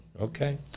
Okay